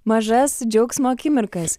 mažas džiaugsmo akimirkas